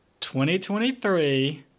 2023